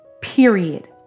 period